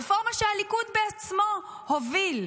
הרפורמה שהליכוד עצמו הוביל.